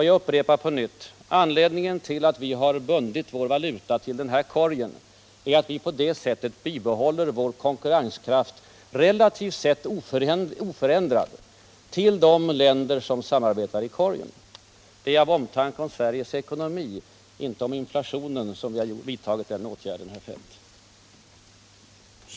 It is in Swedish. Jag upprepar på nytt: Anledningen till att vi har bundit vår valuta till korgen är att vi på det sättet bibehåller vår konkurrenskraft relativt sett oförändrad i förhållande till de länder som vi har handelsutbyte med. Det är av omtanke om Sveriges ekonomi vi vidtagit den här åtgärden, herr Feldt.